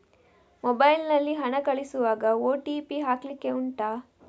mobile ನಲ್ಲಿ ಹಣ ಕಳಿಸುವಾಗ ಓ.ಟಿ.ಪಿ ಹಾಕ್ಲಿಕ್ಕೆ ಉಂಟಾ